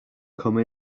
come